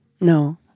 No